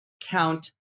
count